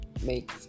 make